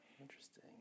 interesting